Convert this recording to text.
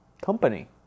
company